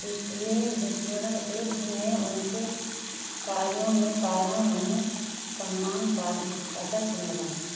द्वितीय युद्ध में उनके कार्यों में कारण उन्हें सम्मान पदक मिला